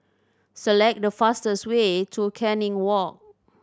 select the fastest way to Canning Walk